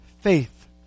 faith